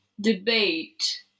debate